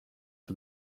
for